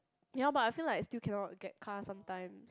ya but I feel like still cannot get car sometimes